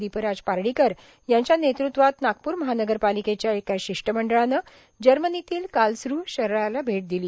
दीपराज पार्डीकर यांच्या नेतृत्वात नागपूर महानगरपालिकेच्या एका शिष्टमंडळानं जर्मनीतील कार्लसरू शहराला भेट दिली